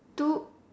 two